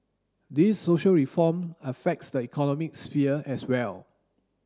these social reform affects the economic sphere as well